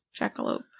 Jackalope